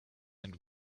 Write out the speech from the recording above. and